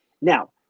Now